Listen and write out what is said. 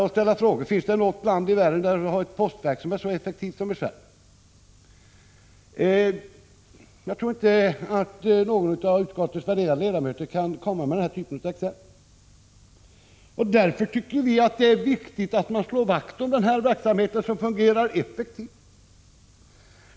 Finns det vidare något annat land i världen med ett lika effektivt postverk som vårt? Jag tror inte att någon av utskottets värderade ledamöter kan anföra några sådana exempel. Vi tycker att det är viktigt att slå vakt om denna effektivt fungerande verksamhet.